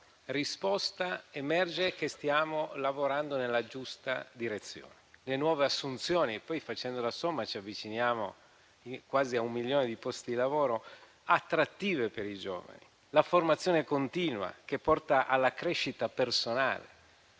perché emerge che stiamo lavorando nella giusta direzione, con le nuove assunzioni (facendo la somma, ci avviciniamo a quasi un milione di posti di lavoro attrattivo per i giovani), la formazione continua (che porta alla crescita personale